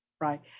Right